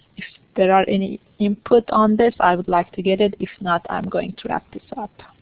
if there are any input on this, i would like to get it. if not, i'm going to wrap this up.